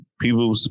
people